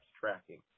tracking